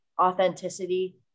authenticity